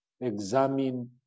examine